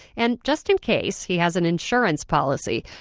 and just in case, he has an insurance policy.